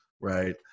right